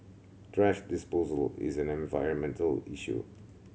thrash disposal is an environmental issue